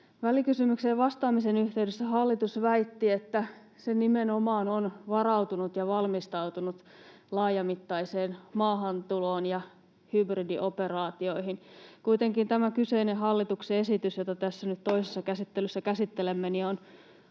Välikysymykseen vastaamisen yhteydessä hallitus väitti, että se nimenomaan on varautunut ja valmistautunut laajamittaiseen maahantuloon ja hybridioperaatioihin. Kuitenkin tämä kyseinen hallituksen esitys, jota tässä nyt toisessa käsittelyssä käsittelemme, on